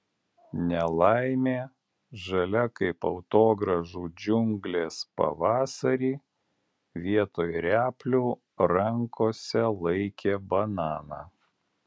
nelaimė žalia kaip atogrąžų džiunglės pavasarį vietoj replių rankose laikė bananą